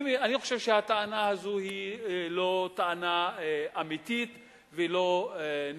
אני חושב שהטענה הזאת היא לא טענה אמיתית ולא נכונה.